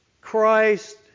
Christ